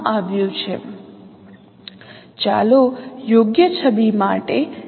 તો આની સાથે જ હું રોકાઉં અહીં આપણે મારા આગલા વ્યાખ્યાનમાં મૂળભૂત મેટ્રિક્સના અનુમાનની આ ચર્ચા ચાલુ રાખીશું